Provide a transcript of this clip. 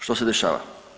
Što se dešava?